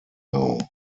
now